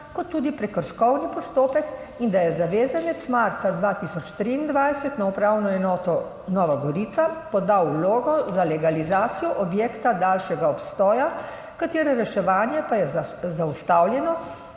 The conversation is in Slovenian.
kot tudi prekrškovni postopek, in da je zavezanec marca 2023 na upravno enoto Nova Gorica podal vlogo za legalizacijo objekta daljšega obstoja, katere reševanje pa je zaustavljeno,